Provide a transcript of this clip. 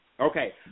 Okay